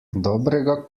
dobrega